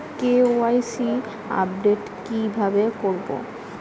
KYC update কি ভাবে করবো?